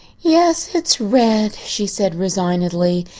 yes, it's red, she said resignedly.